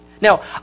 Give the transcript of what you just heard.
Now